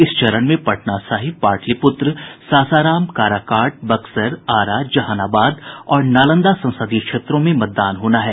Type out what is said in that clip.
इस चरण में पटना साहिब पाटलिपुत्र सासाराम काराकाट बक्सर आरा जहानाबाद और नालंदा संसदीय क्षेत्रों में मतदान होना है